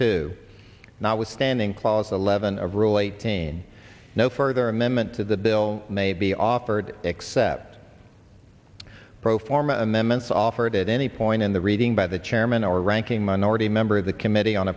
notwithstanding clause eleven of rule eighteen no further amendment to the bill may be offered except pro forma amendments offered at any point in the reading by the chairman or ranking minority member of the committee on